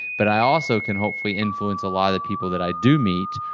but i also can hopefully influence a lot of people that i do meet,